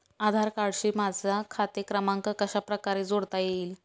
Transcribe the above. आधार कार्डशी माझा खाते क्रमांक कशाप्रकारे जोडता येईल?